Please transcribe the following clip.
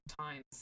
times